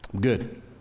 Good